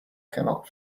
cannot